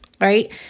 right